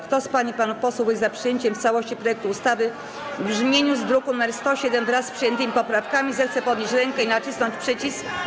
Kto z pań i panów posłów jest za przyjęciem w całości projektu ustawy w brzmieniu z druku nr 107, wraz z przyjętymi poprawkami, zechce podnieść rękę i nacisnąć przycisk.